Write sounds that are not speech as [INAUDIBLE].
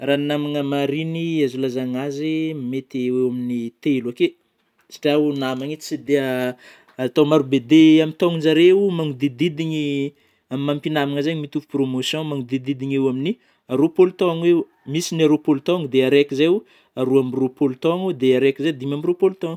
Raha ny namagny marigny azo ilazana azy mety eo eo amin'ny telo akeo, satrià, oh io namagny io tsy dia atao maro be, de amin'ny taonan-jareo magnodididigny aminy maha mpinamagna zay mitovy promotion; manididigny eo amin'ny roam-polo taogna eo, misy ny roampolo taogno, dia araiky zay roa amby roapolo taogno, raiky zay dimy ambiroam-polo taogno [NOISE]